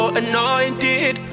anointed